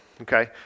okay